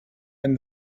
and